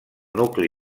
nucli